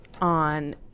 on